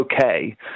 okay